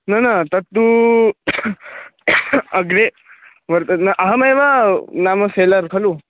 none तत्तु अग्रे वर्तते न अहमेव नाम सेलर् खलु